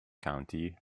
county